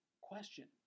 question